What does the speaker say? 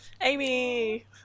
amy